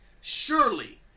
surely